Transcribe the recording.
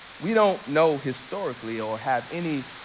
we don't know historically, or have any